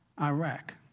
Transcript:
Iraq